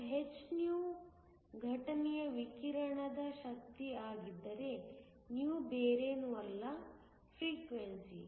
ಮತ್ತು hυ ಘಟನೆಯ ವಿಕಿರಣದ ಶಕ್ತಿ ಆಗಿದ್ದರೆ υ ಬೇರೇನೂ ಅಲ್ಲ ಫ್ರೀಕ್ವೆನ್ಸಿ